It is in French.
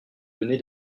donner